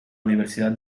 universidad